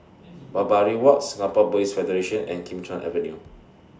Barbary Walk Singapore Buddhist Federation and Kim Chuan Avenue